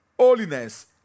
Holiness